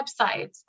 websites